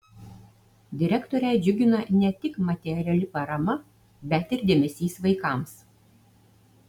direktorę džiugina ne tik materiali parama bet ir dėmesys vaikams